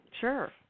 Sure